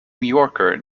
yorker